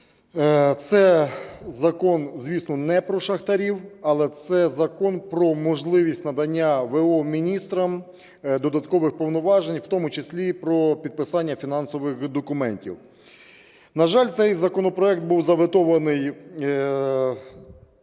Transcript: Це закон, звісно, не про шахтарів, але це закон про можливість надання в.о. міністрам додаткових повноважень, в тому числі про підписання фінансових документів. На жаль, цей законопроект був заветований